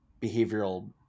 behavioral